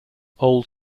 old